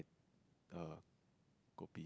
the kopi